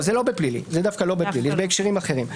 זה לא בפלילי, זה בהקשרים אחרים.